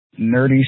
nerdy